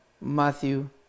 Matthew